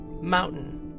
mountain